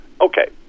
Okay